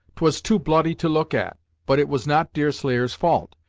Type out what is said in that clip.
twas too bloody to look at but it was not deerslayer's fault.